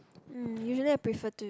mm usually I prefer to